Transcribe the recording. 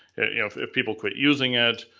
if if people quit using it.